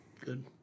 Good